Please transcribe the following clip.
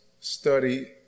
study